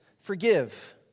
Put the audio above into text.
forgive